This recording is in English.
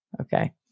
Okay